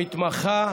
למתמחה,